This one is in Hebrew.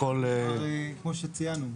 כמו שציינו,